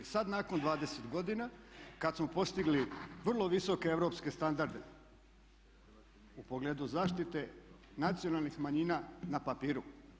Sad nakon 20 godina kad smo postigli vrlo visoke europske standarde u pogledu zaštite nacionalnih manjina na papiru.